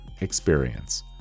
experience